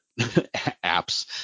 apps